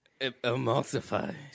emulsify